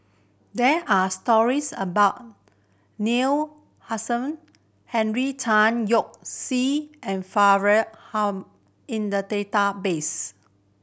there are stories about Neil Henry Tan Yoke See and Faridah Hanum in the database